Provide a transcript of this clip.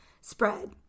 spread